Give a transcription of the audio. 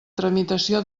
tramitació